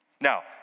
Now